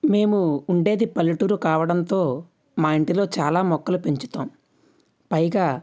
మేము ఉండేది పల్లెటూరు కావడంతో మా ఇంటిలో చాలా మొక్కలు పెంచుతాం పైగా